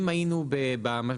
אם היינו באקדמיה,